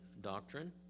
doctrine